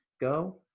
go